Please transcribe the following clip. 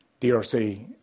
DRC